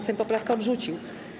Sejm poprawkę odrzucił.